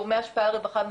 גורמי השפעה על רווחה נפשית,